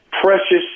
precious